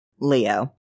Leo